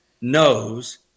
knows